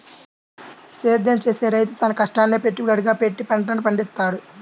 సేద్యం చేసే రైతు తన కష్టాన్నే పెట్టుబడిగా పెట్టి పంటలను పండిత్తాడు